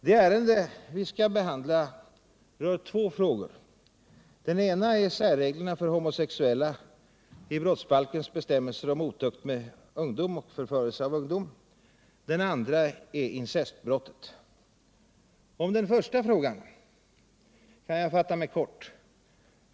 Det ärende vi skall behandla rör två frågor: den ena är särreglerna för homosexuella i brottsbalkens bestämmelser om otukt med ungdom och förförelse av ungdom, den andra är incestbrottet. Om den första frågan kan jag fatta mig kort.